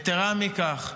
יתרה מכך,